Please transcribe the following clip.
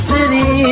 City